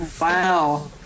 Wow